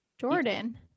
Jordan